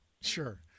Sure